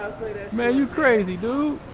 man, you crazy, dude!